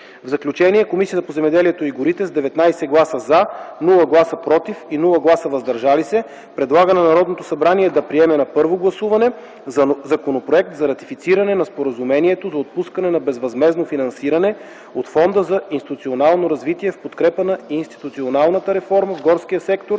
В заключение, Комисията по земеделието и горите с 19 гласа „за”, без „против” и „въздържали се”, предлага на Народното събрание да приеме на първо гласуване Законопроект за ратифициране на Споразумението за отпускане на безвъзмездно финансиране от Фонда за институционално развитие в подкрепа на институционалната реформа в горския сектор